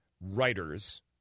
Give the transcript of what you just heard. writers